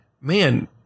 man